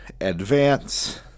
advance